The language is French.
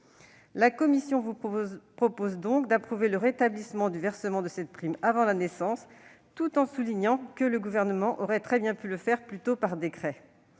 La commission vous propose donc d'approuver le rétablissement du versement de cette prime avant la naissance, mais elle tient à souligner que le Gouvernement aurait très bien pu le faire par décret.